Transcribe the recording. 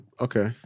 Okay